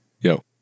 Yo